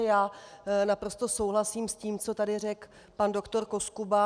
Já naprosto souhlasím s tím, co tady řekl pan doktor Koskuba.